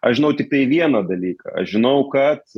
aš žinau tiktai vieną dalyką aš žinau kad